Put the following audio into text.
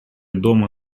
дома